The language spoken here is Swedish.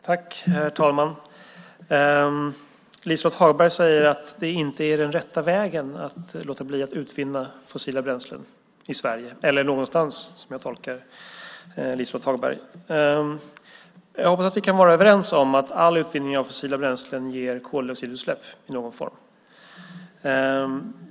Herr talman! Liselott Hagberg säger att det inte är den rätta vägen att låta bli att utvinna fossila bränslen i Sverige eller någonstans, som jag tolkar Liselott Hagberg. Jag hoppas att vi kan vara överens om att all utvinning av fossila bränslen ger koldioxidutsläpp i någon form.